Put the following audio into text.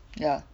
ya